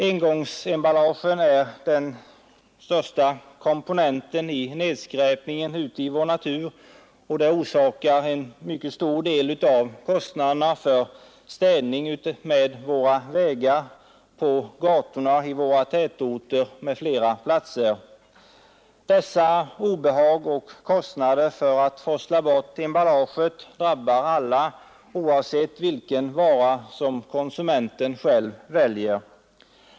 Engångsemballagen är den största komponenten i nedskräpningen i naturen och orsakar en mycket stor del av kostnaderna för städning utmed våra vägar, på gatorna i tätorter och på andra platser. Kostnaderna för att forsla bort emballaget drabbar alla, oavsett vilken vara som konsumenten själv väljer.